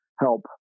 help